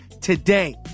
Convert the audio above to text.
today